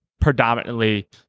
predominantly